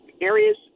areas